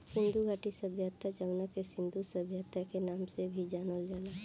सिंधु घाटी सभ्यता जवना के सिंधु सभ्यता के नाम से भी जानल जाला